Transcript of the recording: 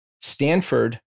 Stanford